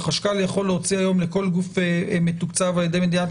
החשכ"ל יכול להוציא היום לכל גוף שמתוקצב על-ידי מדינת